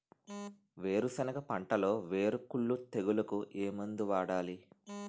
వేరుసెనగ పంటలో వేరుకుళ్ళు తెగులుకు ఏ మందు వాడాలి?